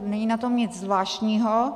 Není na tom nic zvláštního.